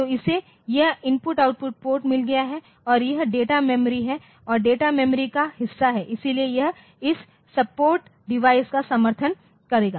तो इसे यह I O पोर्ट मिल गया है और यह डेटा मेमोरी है और डेटा मेमोरी का हिस्सा है इसलिए यह इस सपोर्ट डिवाइस को समर्थन करेगा